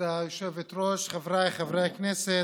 כבוד היושבת-ראש, חבריי חברי הכנסת,